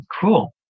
cool